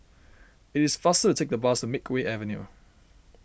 it is faster to take the bus to Makeway Avenue